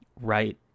right